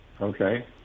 okay